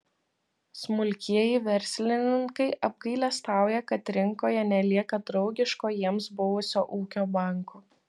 smulkieji verslininkai apgailestauja kad rinkoje nelieka draugiško jiems buvusio ūkio banko